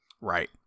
Right